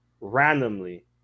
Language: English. randomly